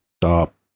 stop